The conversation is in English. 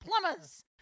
plumbers